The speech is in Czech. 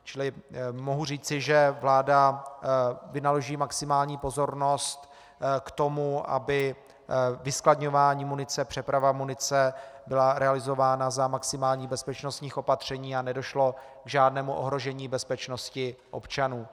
Čili mohu říci, že vláda vynaloží maximální pozornost k tomu, aby vyskladňování munice, přeprava munice byla realizována za maximálních bezpečnostních opatření a nedošlo k žádnému ohrožení bezpečnosti občanů.